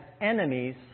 enemies